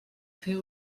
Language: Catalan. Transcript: fer